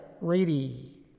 ready